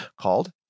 called